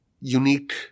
unique